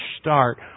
start